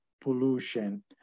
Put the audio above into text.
pollution